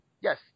Yes